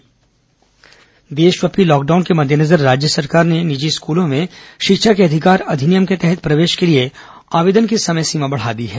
RTE पढ़ई तुंहर दुआर देशव्यापी लॉकडाउन के मद्देनजर राज्य सरकार ने निजी स्कूलों में शिक्षा के अधिकार अधिनियम के तहत प्रवेश के लिए आवेदन की समय सीमा बढ़ा दी है